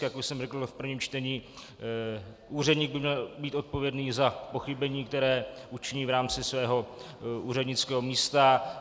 Jak už jsem řekl v prvním čtení, úředník by měl být odpovědný za pochybení, které učiní v rámci svého úřednického místa.